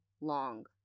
long